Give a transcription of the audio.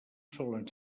solen